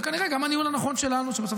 וכנראה גם הניהול הנכון שלנו,